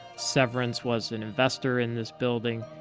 severance was an investor in this building.